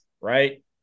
right